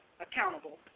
accountable